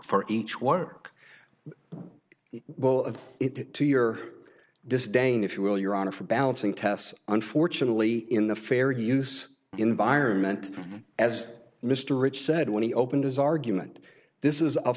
for each work of it to your disdain if you will your honor for balancing tests unfortunately in the fair use environment as mr rich said when he opened his argument this is a